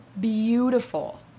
beautiful